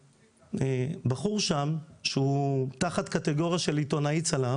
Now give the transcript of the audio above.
בחור שם הוא תחת קטגוריה של עיתונאי/צלם